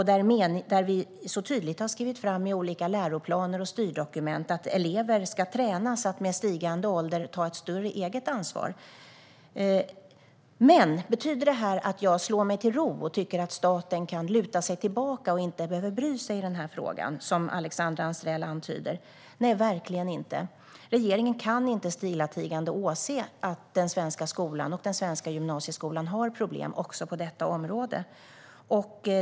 Det har tydligt skrivits fram i olika läroplaner och styrdokument att elever ska tränas att med stigande ålder ta ett större eget ansvar. Betyder det här att jag slår mig till ro och tycker att staten kan luta sig tillbaka och inte bry sig i frågan, som Alexandra Anstrell antyder? Nej, verkligen inte. Regeringen kan inte stillatigande åse att den svenska skolan och den svenska gymnasieskolan har problem också på detta område.